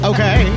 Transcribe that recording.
Okay